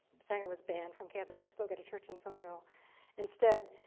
sanger was banned from campus. she spoke at a church in somerville instead.